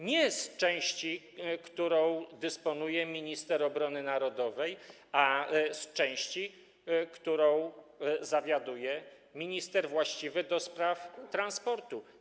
Nie z części, którą dysponuje minister obrony narodowej, ale z części, którą zawiaduje minister właściwy do spraw transportu.